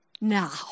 Now